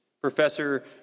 Professor